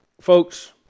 Folks